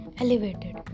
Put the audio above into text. elevated